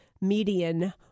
median